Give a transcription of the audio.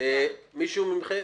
מישהו מכם?